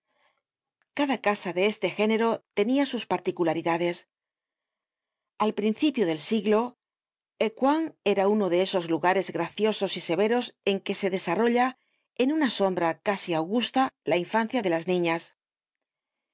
cada casa de este género tiene sus particularidades al principio del siglo ecouen era uno de esos lugares graciosos y severos en que se desarrolla en una sombra casi augusta la infancia de las niñas